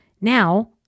now